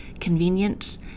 convenient